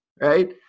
Right